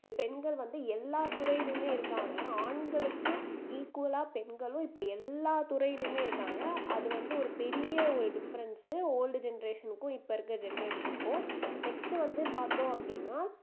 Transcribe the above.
பெண்கள் வந்து எல்லா துறையிலையுமே இருக்காங்க ஆண்களுக்கு ஈக்குவலா பெண்களும் இப்போ எல்லா துறையிலியுமே இருக்காங்க அதுவந்து ஒரு பெரிய ஒரு டிஃப்ரெண்ட்ஸு ஓல்டு ஜென்ரேஷனுக்கும் இப்போ இருக்க ஜென்ரேஷனுக்கும் நெக்ஸ்ட்டு வந்து பார்த்தோம் அப்படின்னா